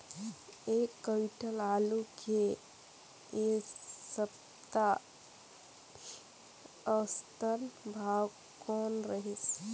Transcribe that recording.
एक क्विंटल आलू के ऐ सप्ता औसतन भाव कौन रहिस?